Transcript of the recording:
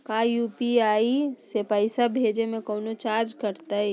का यू.पी.आई से पैसा भेजे में कौनो चार्ज कटतई?